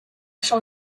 shall